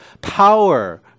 power